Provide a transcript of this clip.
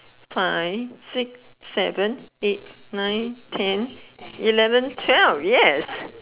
five six seven eight nine ten eleven twelve yes